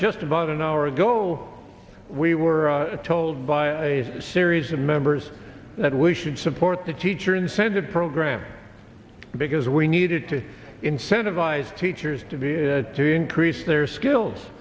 just about an hour ago we were told by a series of members that we should support the teacher incentive program because we needed to incentivize teachers to be to increase their skills